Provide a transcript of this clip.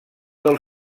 del